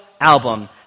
album